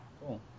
Cool